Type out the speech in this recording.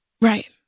Right